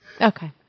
Okay